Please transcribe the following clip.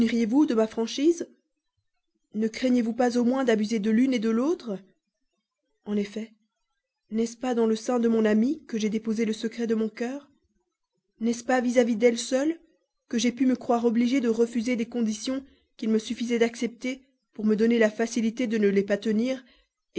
de ma franchise ne craignez-vous pas au moins d'abuser de l'une de l'autre en effet n'est-ce pas dans le sein de mon amie que j'ai déposé le secret de mon cœur n'est-ce pas vis-à-vis d'elle seule que j'ai pu me croire obligé de refuser des conditions qu'il me suffisait d'accepter pour me donner la facilité de ne les pas tenir